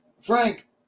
Frank